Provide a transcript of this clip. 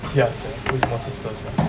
ya sia 为什么 sister sia